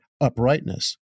uprightness